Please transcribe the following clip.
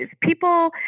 People